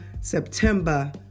September